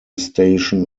station